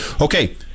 Okay